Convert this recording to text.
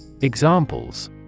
Examples